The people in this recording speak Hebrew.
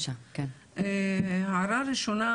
הערה ראשונה,